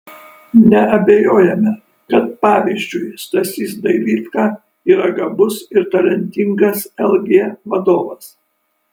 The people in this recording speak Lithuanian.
neabejojame kad pavyzdžiui stasys dailydka yra gabus ir talentingas lg vadovas